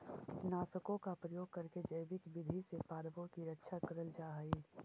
कीटनाशकों का प्रयोग करके जैविक विधि से पादपों की रक्षा करल जा हई